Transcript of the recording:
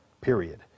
Period